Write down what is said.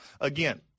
Again